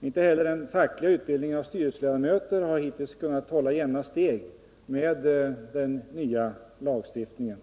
Den fackliga utbildningen av styrelseledamöter har hittills inte heller kunnat hålla jämna steg med den nya lagstiftningen.